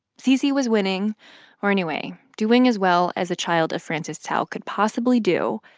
cc was winning or anyway, doing as well as a child of frances tsao could possibly do.